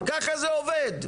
ככה זה עובד.